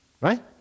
right